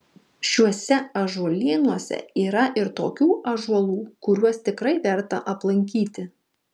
šiuose ąžuolynuose yra ir tokių ąžuolų kuriuos tikrai verta aplankyti